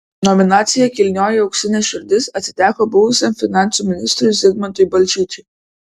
nominacija kilnioji auksinė širdis atiteko buvusiam finansų ministrui zigmantui balčyčiui